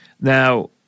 Now